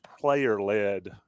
player-led